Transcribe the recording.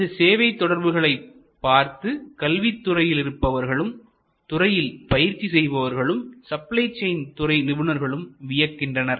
இந்த சேவை தொடர்புகளைக் பார்த்து கல்வித் துறையில் இருப்பவர்களும்துறையில் பயிற்சி செய்பவர்களும் சப்ளை செயின் துறை நிபுணர்களும் வியக்கின்றனர்